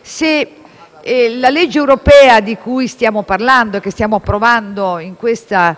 se la legge europea di cui stiamo parlando e che stiamo approvando in questa